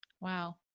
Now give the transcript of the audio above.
Wow